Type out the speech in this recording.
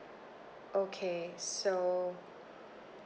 okay so